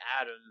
Adam